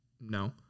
no